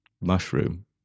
mushroom